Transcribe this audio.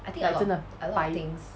like 真的白